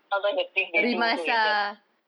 sometimes the things they do is just